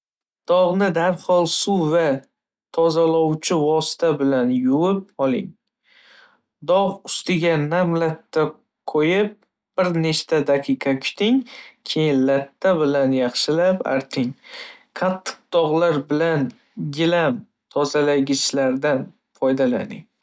Dog'ni darhol suv va tozalovchi vosita bilan yuvib oling. Dog' ustiga nam latta qo'yib bir necha daqiqa kuting, keyin latta bilan yaxshilab arting. Qattiq dog'lar bilan gilam tozalagichlardan foydalaning.